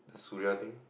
Suria thing